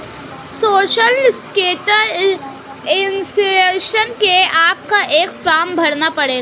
social sector insurance के लिए आपको एक फॉर्म भरना पड़ेगा